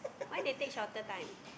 why they take shorter time